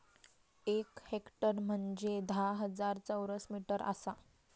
एक हेक्टर म्हंजे धा हजार चौरस मीटर आसा